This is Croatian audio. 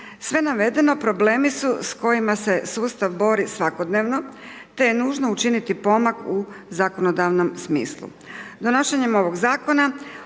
Sve navedeno problemi su s kojima se sustav bori svakodnevno te je nužno učiniti pomak u zakonodavnom smislu. Donošenjem ovog zakona